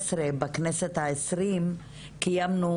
ב-2018 בכנסת העשרים קיימנו